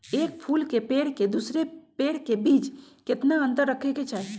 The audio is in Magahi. एक फुल के पेड़ के दूसरे पेड़ के बीज केतना अंतर रखके चाहि?